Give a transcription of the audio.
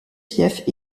fiefs